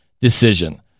decision